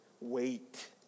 wait